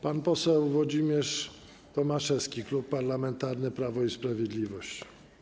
Pan poseł Włodzimierz Tomaszewski, Klub Parlamentarny Prawo i Sprawiedliwość.